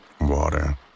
water